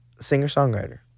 Singer-songwriter